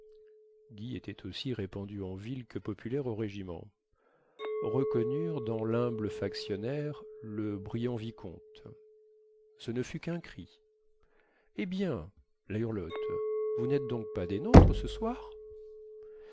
guy était aussi répandu en ville que populaire au régiment reconnurent dans lhumble factionnaire le brillant vicomte ce ne fut quun cri eh bien la hurlotte vous nêtes donc pas des nôtres ce soir